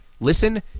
listen